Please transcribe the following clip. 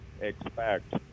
expect